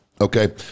Okay